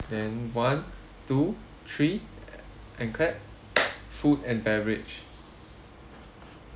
then one two three and clap food and beverage